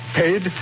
paid